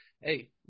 Hey